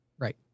right